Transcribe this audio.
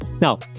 Now